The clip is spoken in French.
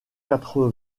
quatre